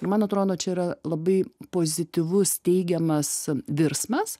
man atrodo čia yra labai pozityvus teigiamas virsmas